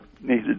needed